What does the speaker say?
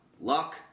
luck